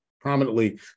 prominently